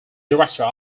director